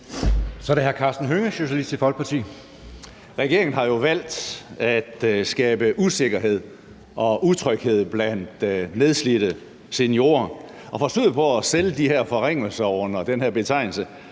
Så er det hr. Karsten Hønge, Socialistisk Folkeparti. Kl. 10:17 Karsten Hønge (SF): Regeringen har jo valgt at skabe usikkerhed og utryghed blandt nedslidte seniorer. Og forsøget på at sælge de her forringelser under den her betegnelse